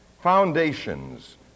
foundations